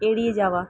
এড়িয়ে যাওয়া